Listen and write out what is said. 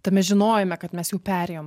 tame žinojime kad mes jau perėjom